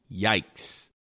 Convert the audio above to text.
Yikes